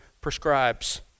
prescribes